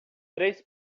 três